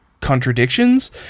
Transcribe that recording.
contradictions